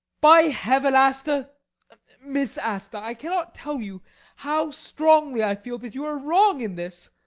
by heaven, asta miss asta i cannot tell you how strongly i feel that you are wrong in this!